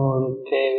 ನೋಡುತ್ತೇವೆ